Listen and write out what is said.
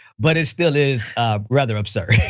but it still is rather absurd.